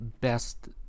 best